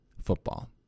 football